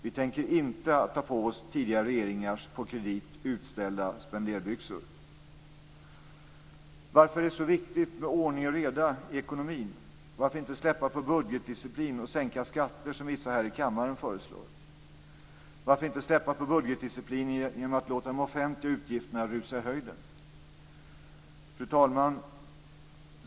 Vi tänker inte ta på oss tidigare regeringars på kredit utställda spenderbyxor. Varför är det så viktigt med ordning och reda i ekonomin? Varför skall man inte släppa på budgetdisciplinen och sänka skatter som vissa här i kammaren föreslår? Varför skall man inte släppa på budgetdisciplinen genom att låta de offentliga utgifterna rusa i höjden? Fru talman!